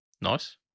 Nice